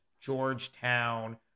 Georgetown